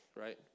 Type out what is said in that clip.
right